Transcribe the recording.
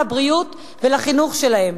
לבריאות ולחינוך שלהם.